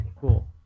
Cool